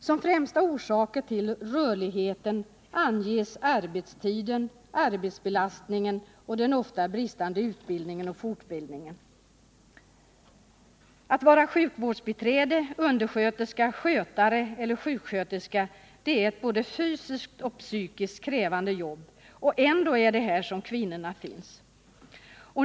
Som främsta orsaker till rörligheten anges arbetstiden, arbetsbelastningen och den ofta bristande utbildningen och fortbildningen. Att vara sjukvårdsbiträde, undersköterska, skötare eller sjuksköterska är ett både fysiskt och psykiskt krävande jobb. Ändå är det här som kvinnorna finns.